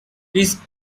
please